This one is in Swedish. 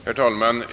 Herr talman!